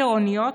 קופות גרעוניות,